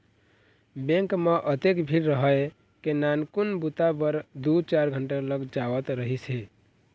bank म अतेक भीड़ रहय के नानकुन बूता बर दू चार घंटा लग जावत रहिस हे